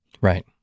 Right